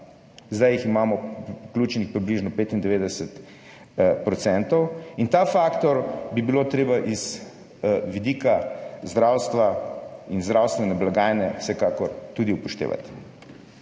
zdaj jih imamo vključenih približno 95 %, in ta faktor bi bilo treba z vidika zdravstva in zdravstvene blagajne vsekakor tudi upoštevati.